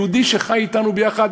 יהודי שחי אתנו ביחד.